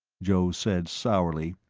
joe said sourly,